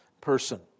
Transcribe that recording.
person